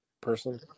person